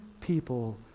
people